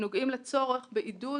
נוגעים לצורך בעידוד